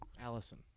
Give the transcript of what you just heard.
Allison